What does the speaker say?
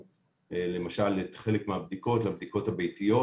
למשל, הפכנו את חלק מהבדיקות לבדיקות הביתיות,